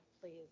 Please